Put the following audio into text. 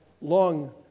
long